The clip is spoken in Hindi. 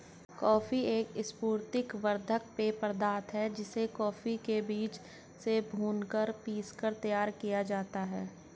कॉफी एक स्फूर्ति वर्धक पेय पदार्थ है जिसे कॉफी के बीजों से भूनकर पीसकर तैयार किया जाता है